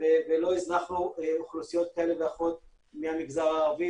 ולא הזנחנו אוכלוסיות כאלה ואחרות מהמגזר הערבי,